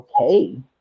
okay